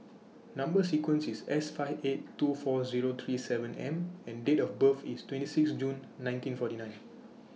Number sequence IS S five eight two four Zero three seven M and Date of birth IS twenty six June nineteen forty nine